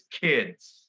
kids